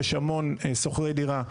יש המון שוכרי דירה,